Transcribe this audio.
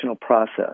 process